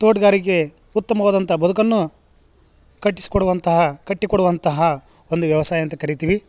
ತೋಟಗಾರಿಕೆ ಉತ್ತಮವಾದಂಥ ಬದುಕನ್ನು ಕಟ್ಸ್ಕೊಡುವಂತಹ ಕಟ್ಟಿಕೊಡುವಂತಹ ಒಂದು ವ್ಯವಸಾಯ ಅಂತ ಕರಿತೀವಿ